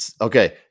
Okay